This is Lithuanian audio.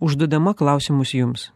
užduodama klausimus jums